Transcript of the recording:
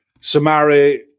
Samari